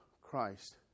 Christ